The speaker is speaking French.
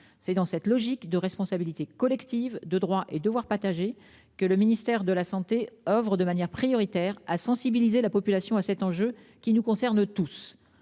C'est dans cette logique de responsabilité collective, de droits et devoirs âgé que le ministère de la Santé Oeuvres de manière prioritaire à sensibiliser la population à cet enjeu qui nous concerne tous